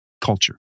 culture